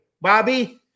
Bobby